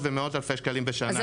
במאות ועשרות-אלפי שקלים בשנה -- אז